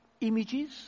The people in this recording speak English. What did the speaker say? images